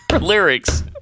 lyrics